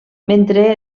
mentre